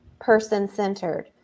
person-centered